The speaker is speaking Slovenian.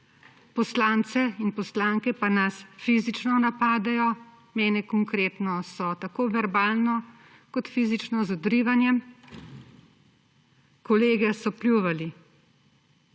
poslance in poslanke pa nas fizično napadajo, mene konkretno so tako verbalno kot fizično z odrivanjem, kolege so pljuvali.